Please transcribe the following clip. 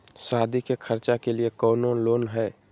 सादी के खर्चा के लिए कौनो लोन है?